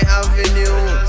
avenue